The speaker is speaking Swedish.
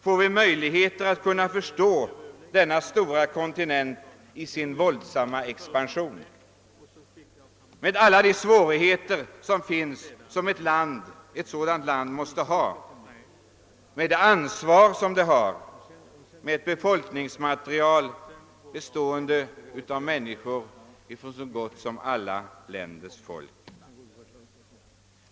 Får vi möjlighet att förstå denna stora kontinent i dess våldsamma expansion, med alla de svårigheter som ett sådant land måste möta och det ansvar som det har, med ett befolkningsmaterial, bestående av människor från nära nog alla andra länder?